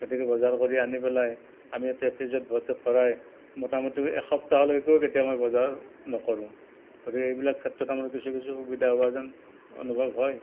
গতিকে বজাৰ কৰি আনি পেলাই আমি এতিয়া ফ্ৰিজত গোটেই ভৰাই মোটামুটি এসপ্তাহলৈকেও কেতিয়াবা বজাৰ নকৰোঁ গতিকে এইবিলাক ক্ষেত্ৰত আমাৰ কিছু কিছু সুবিধা হোৱা যেন অনুভৱ হয়